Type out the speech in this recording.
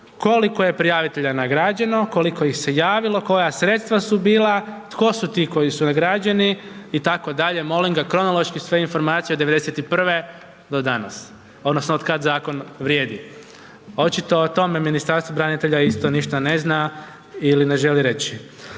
koliko je prijavitelja nagrađeno, koliko ih se javilo, koja sredstva su bila, tko su ti koji su nagrađeni, itd., molim ga kronološki sve informacije od 91. do danas, odnosno od kad zakon vrijedi. Očito o tome Ministarstvo branitelja isto ništa ne zna ili ne želi reći.